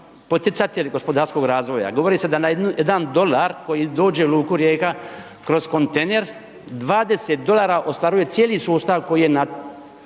gospodarskog razvoja. Govori se da na 1 dolar koji dođe u luku Rijeka kroz kontejner, 20 dolara ostvaruje cijeli sustav koji je